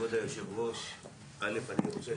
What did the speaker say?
אני חושב